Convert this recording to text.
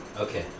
Okay